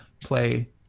play